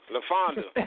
Lafonda